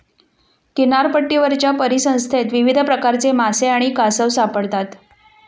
किनारपट्टीवरच्या परिसंस्थेत विविध प्रकारचे मासे आणि कासव सापडतात